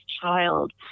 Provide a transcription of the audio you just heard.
child